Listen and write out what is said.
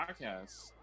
podcast